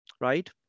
right